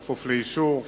בכפוף לאישור,